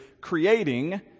creating